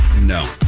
No